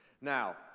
Now